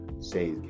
say